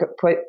put